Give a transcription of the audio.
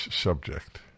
subject